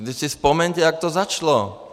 Vždyť si vzpomeňte, jak to začalo.